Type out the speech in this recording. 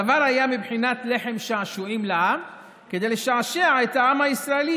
הדבר היה בבחינת לחם שעשועים לעם כדי לשעשע את העם הישראלי,